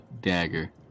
dagger